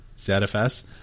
ZFS